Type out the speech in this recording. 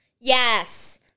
yes